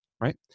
right